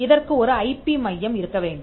இதற்கு ஒரு ஐபி மையம் இருக்கவேண்டும்